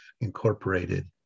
incorporated